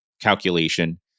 calculation